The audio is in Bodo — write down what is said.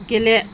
गेले